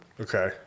Okay